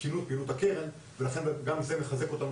קודם כל להסביר,